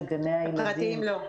וגני הילדים --- הפרטיים לא.